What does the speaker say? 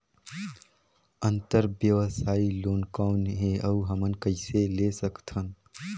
अंतरव्यवसायी लोन कौन हे? अउ हमन कइसे ले सकथन?